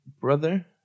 brother